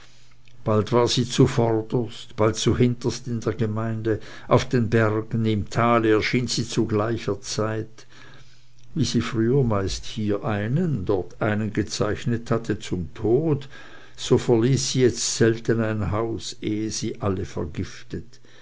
bald war sie zuvörderst bald zuhinterst in der gemeinde auf den bergen im tale erschien sie zu gleicher zeit wie sie früher meist hier einen dort einen gezeichnet hatte zum tode so verließ sie jetzt selten ein haus ehe sie alle vergiftet